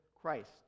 Christ